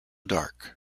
dark